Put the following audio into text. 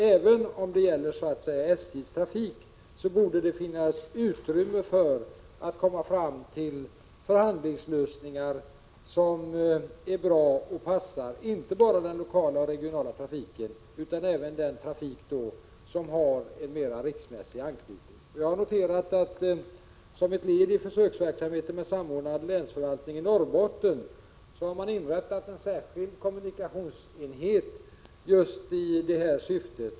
Även om det gäller så att säga SJ:s trafik borde det finnas utrymme för att komma fram till förhandlingslösningar som är bra och passar inte bara den lokala och regionala trafiken utan även den trafik som har en mer riksmässig anknytning. Jag har noterat att man som ett led i försöksverksamheten med samordnad länsförvaltning i Norrbotten har inrättat en särskild kommunikationsenhet just i detta syfte.